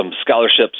scholarships